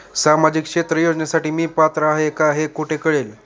सामाजिक क्षेत्र योजनेसाठी मी पात्र आहे का हे कुठे कळेल?